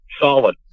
Solid